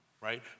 right